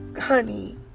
honey